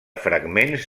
fragments